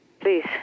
Please